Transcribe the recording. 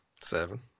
Seven